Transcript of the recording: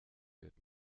wird